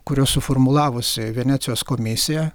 kurios suformulavusi venecijos komisija